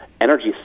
energy